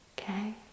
Okay